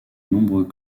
nombreux